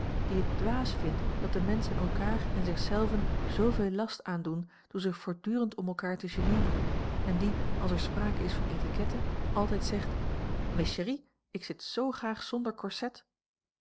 die het dwaas vindt dat de menschen elkaar en zich zelven zooveel last aandoen door zich voortdurend om elkaar te geneeren en die als er sprake is van etiquette altijd zegt mes chéries ik zit zoo graag zonder corset